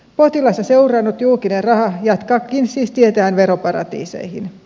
potilasta seurannut julkinen raha jatkaakin siis tietään veroparatiiseihin